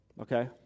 okay